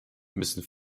müssen